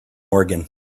organ